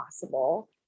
possible